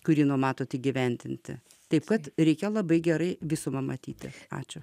kurį numatote įgyvendinti taip kad reikia labai gerai visumą matyti ačiū